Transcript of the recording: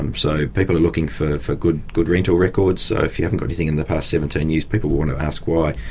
um so people are looking for for good good rental records, so if you haven't got anything in the past seventeen years, people will want to ask why.